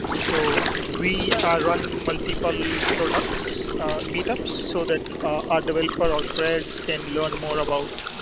so we run multiple products meet up so that our developer or grids can learn more about